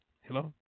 Hello